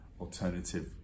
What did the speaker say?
alternative